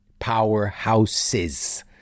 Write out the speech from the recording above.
powerhouses